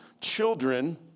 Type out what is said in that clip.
children